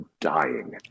dying